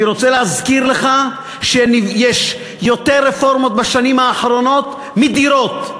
אני רוצה להזכיר לך שבשנים האחרונות יש יותר רפורמות מדירות.